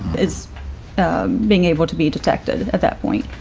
is being able to be detected at that point.